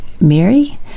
Mary